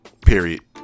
period